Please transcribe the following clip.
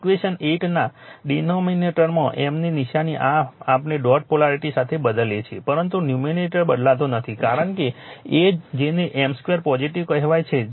equation 8 ના ડિનોમિનેટરમાં M ની નિશાની આ આપણે ડોટ પોલેરિટી સાથે બદલાઈએ છીએ પરંતુ ન્યૂમરેટર બદલાતો નથી કારણ કે a જેને M 2 પોઝિટીવ કહેવાય છે